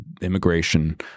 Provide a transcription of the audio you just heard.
Immigration